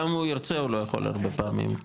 גם אם ירצה הוא לא יכול הרבה פעמים,